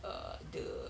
err the